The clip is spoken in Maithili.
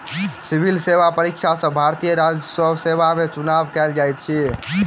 सिविल सेवा परीक्षा सॅ भारतीय राजस्व सेवा में चुनाव कयल जाइत अछि